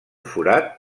forat